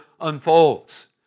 Unfolds